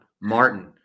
Martin